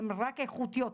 הן רק איכותיות,